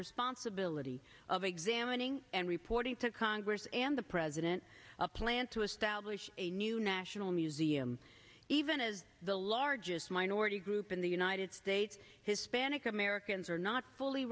responsibility of examining and reporting to congress and the president a plan to establish a new national museum even as the largest minority group in the united states hispanic americans are not fully